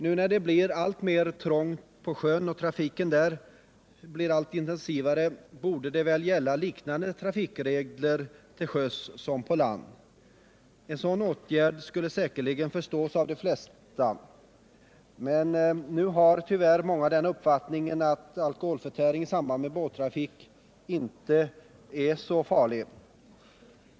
Nu när det blir alltmera trångt på sjön och trafiken där blir allt intensivare borde väl liknande trafikregler gälla på sjön som på land. En sådan åtgärd skulle säkerligen förstås av de flesta. Men nu har tyvärr många den uppfattningen att alkoholförtäring i samband med båttrafik inte är så farligt.